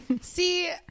See